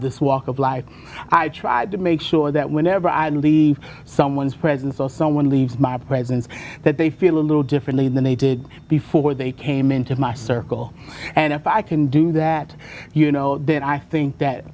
this walk of life i tried to make sure that whenever i leave someone's presence or someone leaves my presence that they feel a little differently than they did before they came into my circle and if i can do that you know then i think that